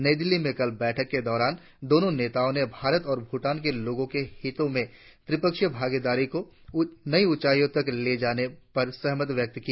नई दिल्ली में कल बैठक के दौरान दोनों नेताओं ने भारत और भूटान के लोगों के हित में द्विपक्षीय भागीदारी को नई ऊंचाईयों तक ले जाने पर सहमति व्यक्त की